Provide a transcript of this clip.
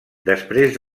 després